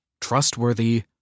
trustworthy